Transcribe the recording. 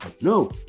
no